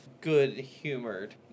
good-humored